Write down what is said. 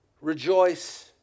rejoice